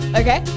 okay